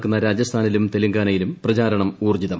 നടക്കുന്ന രാജസ്ഥാനിലും തെലുങ്കാനയിലും പ്രചാരണം ഊർജ്ജിതം